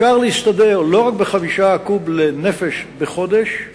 שאפשר להסתדר לא רק ב-5 קוב לנפש בחודש,